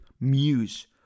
muse